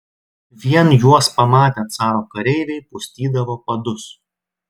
vien juos pamatę caro kareiviai pustydavo padus